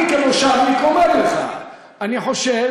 אני כמושבניק אומר לך: אני חושב